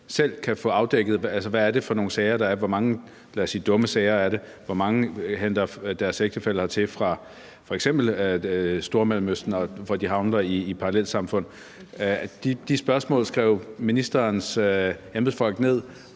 kan få afdækket, hvad det er for nogle sager, der er. Hvor mange, lad os sige dumme sager er der? Hvor mange henter deres ægtefæller hertil fra f.eks. Stormellemøsten, hvorefter de havner i parallelsamfund? De spørgsmål skrev ministerens embedsfolk ned,